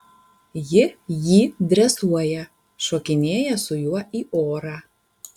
ji jį dresuoja šokinėja su juo į orą